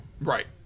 Right